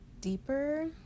deeper